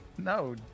no